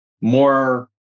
more